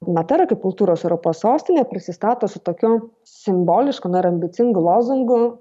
matera kaip kultūros europos sostinė prisistato su tokiu simbolišku na ir ambicingu lozungu